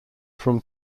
from